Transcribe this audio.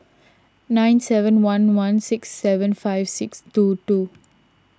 nine seven one one six seven five six two two